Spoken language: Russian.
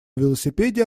велосипеде